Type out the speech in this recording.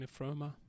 nephroma